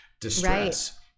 distress